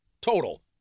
total